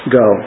go